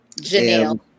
Janelle